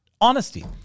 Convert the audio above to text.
honesty